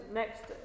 next